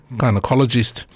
gynecologist